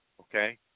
okay